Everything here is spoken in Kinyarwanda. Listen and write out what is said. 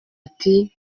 ati